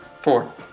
Four